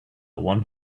one